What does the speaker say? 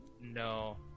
No